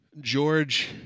George